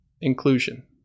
inclusion